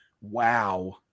wow